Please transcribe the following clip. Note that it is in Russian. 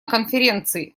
конференции